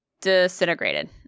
disintegrated